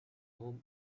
home